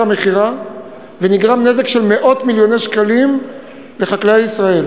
המכירה ונגרם נזק של מאות מיליוני שקלים לחקלאי ישראל.